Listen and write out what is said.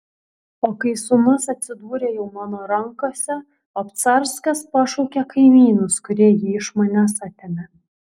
o kai sūnus atsidūrė jau mano rankose obcarskas pašaukė kaimynus kurie jį iš manęs atėmė